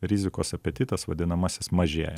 rizikos apetitas vadinamasis mažėja